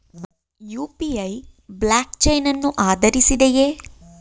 UPI blockchain ಅನ್ನು ಆಧರಿಸಿದೆಯೇ?